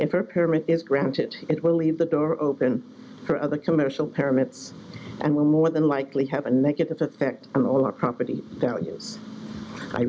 her parent is granted it will leave the door open for other commercial parents and will more than likely have a negative effect on all our property values i